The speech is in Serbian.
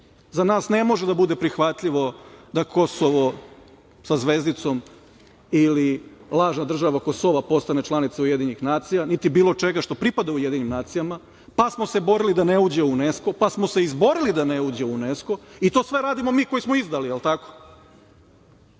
Za nas ne može da bude prihvatljivo da Kosovo sa zvezdicom ili lažna država Kosova postane članica UN, niti bilo čega što pripada UN, pa smo se borili da ne uđe u Unesko, pa smo se izborili da ne uđe u Unesko i to sve radimo mi koji smo izdali, jel tako?